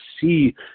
see